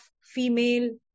female